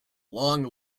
long